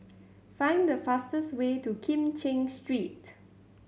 find the fastest way to Kim Cheng Street